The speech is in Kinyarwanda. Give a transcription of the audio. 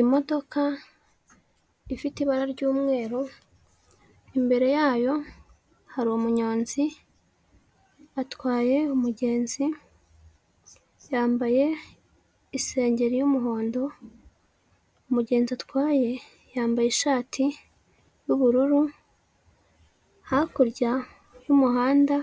Imodoka ifite ibara ry'umweru imbere yayo hari umunyonzi atwaye umugenzi yambaye isengeri y'umuhondo umugenzi atwaye yambaye ishati y'ubururu hakurya y'umuhanda